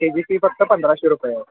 त्याची फी फक्त पंधराशे रुपये आहे